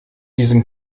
diesem